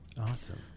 Awesome